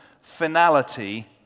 finality